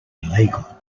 illegal